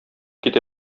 китә